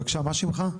בבקשה, מה שמך?